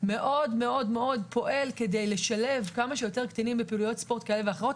מאוד פועל כדי לשלב כמה שיותר קטינים בפעילויות ספורט כאלה ואחרות.